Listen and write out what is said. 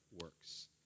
works